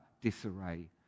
disarray